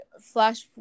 flash